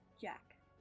Jack